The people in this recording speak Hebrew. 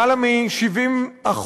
למעלה מ-70%,